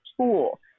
tool